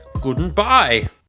Goodbye